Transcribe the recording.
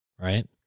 right